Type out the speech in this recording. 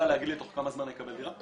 להגיד לי תוך כמה זמן אני אקבל דירה?